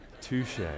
touche